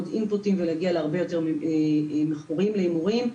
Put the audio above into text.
אינפוט ולהגיע להרבה יותר מכורים להימורים,